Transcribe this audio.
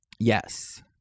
yes